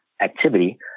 activity